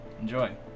Enjoy